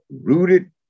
rooted